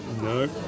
No